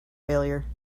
failure